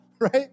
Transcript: right